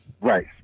Right